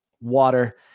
water